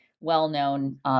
well-known